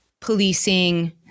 policing